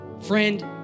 Friend